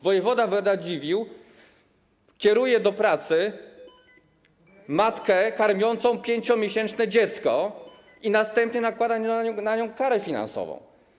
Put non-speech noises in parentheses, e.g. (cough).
Wojewoda Radziwiłł kieruje do pracy (noise) matkę karmiącą 5-miesięczne dziecko, a następnie nakłada na nią karę finansową.